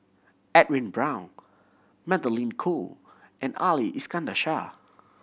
Edwin Brown Magdalene Khoo and Ali Iskandar Shah